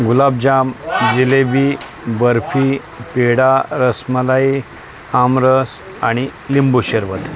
गुलाबजाम जिलेबी बर्फी पेढा रसमलाई आमरस आणि लिंबू सरबत